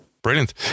Brilliant